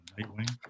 Nightwing